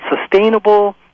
sustainable